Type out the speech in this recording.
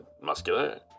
muscular